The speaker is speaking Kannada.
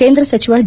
ಕೇಂದ್ರ ಸಚಿವ ಡಿ